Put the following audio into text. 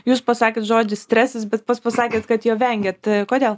jūs pasakėt žodį stresas bet pats pasakėt kad jo vengiat kodėl